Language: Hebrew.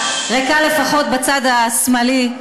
ריקה לפחות בצד השמאלי,